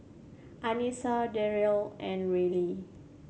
Anissa Darrien and Rylie